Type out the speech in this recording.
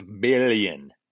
Billion